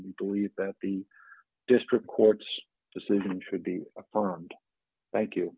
believe that the district court's decision should be a current thank you